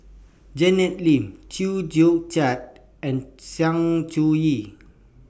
Janet Lim Chew Joo Chiat and Sng Choon Yee